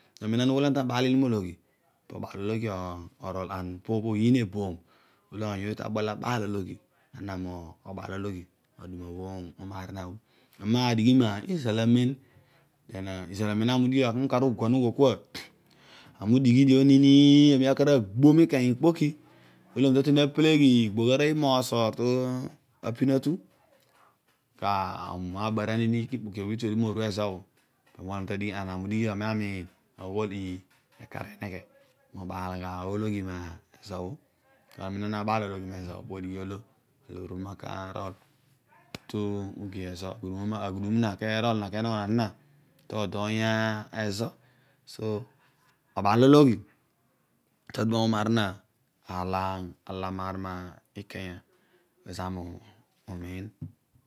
Amen ana ughol ana ta baalini mologhi, po obaaloghi orol, opo poyiin eboom bho oyiin ooy tabool abaol ologhi, ana mobaalelogh ma duma bho umar zina bho ammi nadigh mizal amem den izal amem obho ami udigh bho aami ukar ughol kua, ami udighi dio nini ami akar agbo mikanya ikpoki, olo ami ta tuen apeleghiig igbogh arooy imoor soor rapin atu aghudum na kerol kenugho na zina te edoony ezo so, obaalologhi ta duma bho umar zina bho aar olo ala maar ma, mikanya pezo ami umiin.